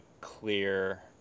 clear